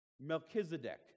Melchizedek